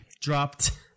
dropped